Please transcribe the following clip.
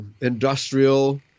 industrial